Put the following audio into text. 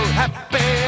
happy